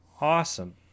Awesome